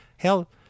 Hell